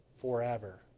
forever